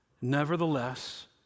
nevertheless